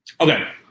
Okay